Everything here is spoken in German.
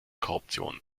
korruption